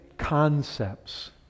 concepts